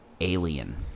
alien